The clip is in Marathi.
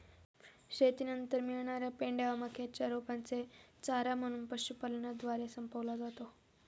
शेतीनंतर मिळणार्या पेंढ्या व मक्याच्या रोपांचे चारा म्हणून पशुपालनद्वारे संपवला जातो